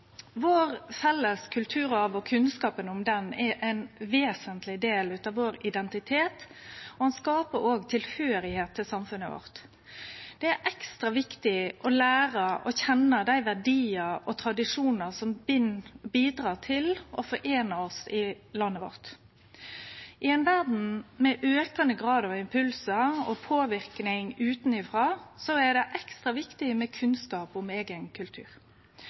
felles kulturarven vår og kunnskapen om han er ein vesentleg del av identiteten vår, og han skapar òg tilhøyrsle til samfunnet vårt. Det er ekstra viktig å lære å kjenne dei verdiar og tradisjonar som bidrar til å foreine oss i landet vårt. I ei verd med aukande grad av impulsar og påverknad utanfrå er det ekstra viktig med kunnskap om eigen kultur.